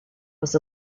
was